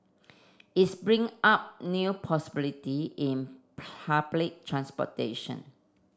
its bring up new possibility in public transportation